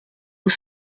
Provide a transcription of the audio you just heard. aux